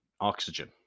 oxygen